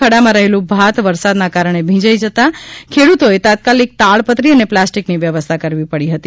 ખડામાં રહેલું ભાત વરસાદના કારણે ભીંજાય જતાં ખેડૂતોએ તાત્કાલિક તાડપત્રી અને પ્લાસ્ટિકની વ્યવસ્થા કરવી પડી હતી